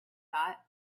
thought